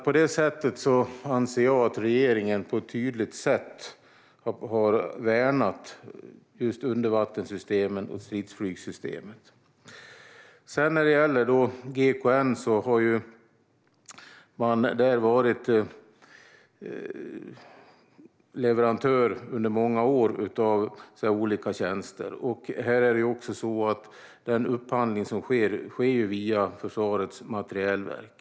På det sättet anser jag att regeringen på ett tydligt sätt har värnat just undervattenssystemet och stridsflygssystemet. GKN har under många år varit leverantör av olika tjänster. Den upphandling som sker görs via Försvarets materielverk.